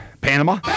Panama